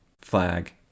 flag